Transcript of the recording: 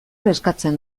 eskatzen